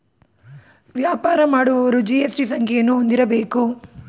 ವ್ಯಾಪಾರ ಮಾಡುವವರು ಜಿ.ಎಸ್.ಟಿ ಸಂಖ್ಯೆಯನ್ನು ಹೊಂದಿರಬೇಕು